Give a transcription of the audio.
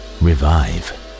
revive